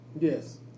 Yes